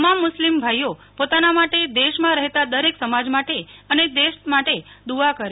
તમામ મુસ્લિમ ભાઈઓ પોતાના માટે દેશમાં રહેતા દરેક સમાજ માટે અને દેશ માટે દુઆ કરે